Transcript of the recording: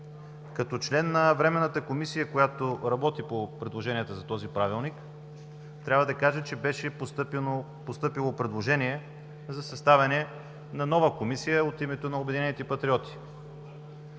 Като член на Временната комисия, която работи по предложенията за този Правилник, трябва да кажа, че беше постъпило предложение от името на Обединените патриоти